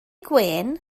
gwên